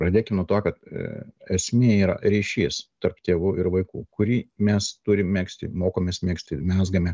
pradėkim nuo to kad esmė yra ryšys tarp tėvų ir vaikų kurį mes turim megzti mokomės megzti mezgame